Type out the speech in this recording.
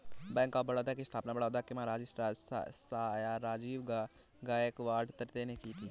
bank of Baroda की स्थापना बड़ौदा के महाराज सयाजीराव गायकवाड तृतीय ने की थी